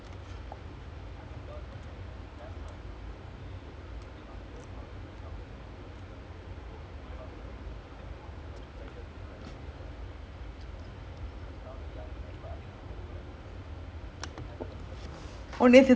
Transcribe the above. I mean dorman like careful lah இருக்கனும்:irukkanum they they must learn how to bring up their young talents ah and coco also they cannot if they put too much pressure on him right then ஆயிடும்:aayidum lor it's like because now they young right but I think coco like can he can handle the pressure but don't want also lah